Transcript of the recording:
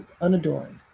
unadorned